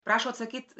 prašo atsakyt